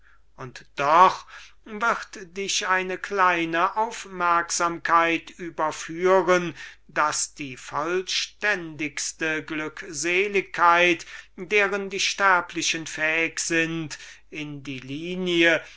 und doch wird dich eine kleine aufmerksamkeit überführen daß die vollständigste glückseligkeit deren die sterblichen fähig sind in die linie